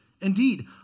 Indeed